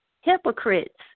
Hypocrites